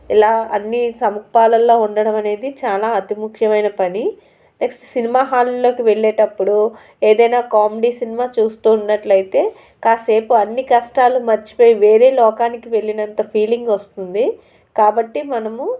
ఇలా అన్నీ సమపాల్లలో ఉండటం అనేది చాలా అతి ముఖ్యమైన పని నెక్స్ట్ సినిమా హాల్లోకి వెళ్ళేటప్పుడు ఏదైనా కామెడీ సినిమా చూస్తూ ఉన్నట్లయితే కాసేపు అన్ని కష్టాలు మరచిపోయి వేరే లోకానికి వెళ్ళినంత ఫీలింగ్ వస్తుంది కాబట్టి మనము